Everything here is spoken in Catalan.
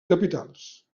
capitals